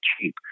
cheap